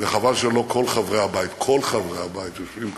וחבל שלא כל חברי הבית, כל חברי הבית, יושבים כאן,